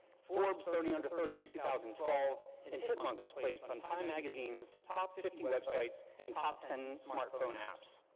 forbes thirty under thirty in two thousand and twelve, and and hipmunk was placed on time magazine's top fifty websites and and top ten smart phone apps.